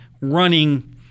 running